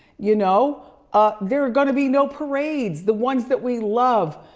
you know? ah there are gonna be no parades, the ones that we love.